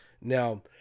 Now